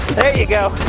there ya go!